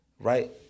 right